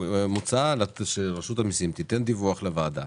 מוצע שרשות המיסים תיתן דיווח לוועדה